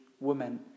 women